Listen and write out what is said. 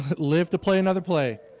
live to play another play